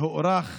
והוארך